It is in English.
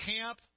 camp